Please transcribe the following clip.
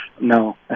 no